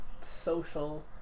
social